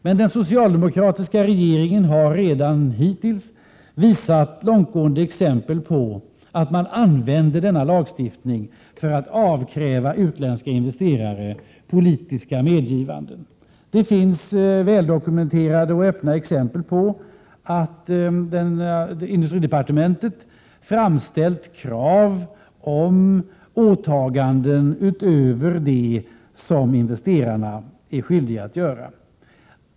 Men den socialdemokratiska regeringen har hittills visat långtgående exempel på att man använder denna lagstiftning för att avkräva utländska investerare politiska medgivanden. Det finns väl dokumenterade Prot. 1987/88:114 och öppna exempel på att industridepartementet framställt krav på åtagan 4 maj 1988 den utöver dem som investerarna är skyldiga att göra.